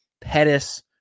Pettis